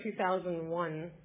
2001